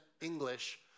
English